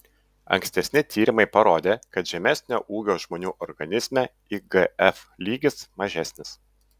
ankstesni tyrimai parodė kad žemesnio ūgio žmonių organizme igf lygis mažesnis